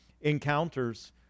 encounters